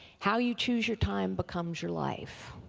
how you choose your time becomes your life.